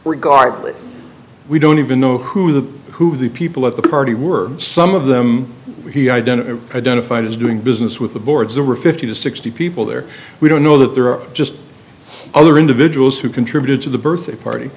godless we don't even know who the who the people at the party were some of them he identified identified as doing business with the boards the rifty the sixty people there we don't know that there are just other individuals who contributed to the birthday party